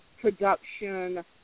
production